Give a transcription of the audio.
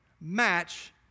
match